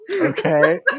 Okay